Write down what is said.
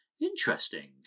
...interesting